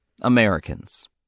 Americans